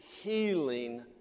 healing